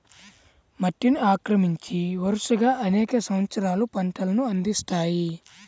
మట్టిని ఆక్రమించి, వరుసగా అనేక సంవత్సరాలు పంటలను అందిస్తాయి